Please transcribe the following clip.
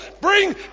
Bring